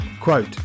Quote